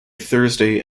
thursday